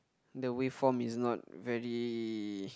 the waveform is not very